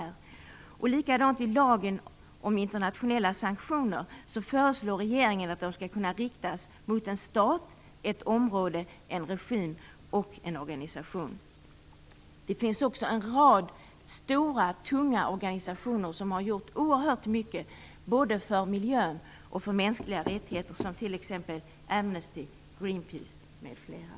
Vidare föreslår regeringen att lagen om internationella sanktioner skall kunna riktas mot en stat, ett område, en regim eller en organisation. Det finns också en rad stora och tunga organisationer som har gjort oerhört mycket både för miljön och för mänskliga rättigheter, som t.ex. Amnesty och Greenpeace.